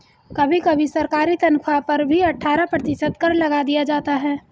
कभी कभी सरकारी तन्ख्वाह पर भी अट्ठारह प्रतिशत कर लगा दिया जाता है